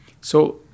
So-